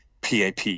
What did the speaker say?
pap